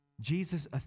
Jesus